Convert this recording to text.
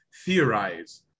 theorize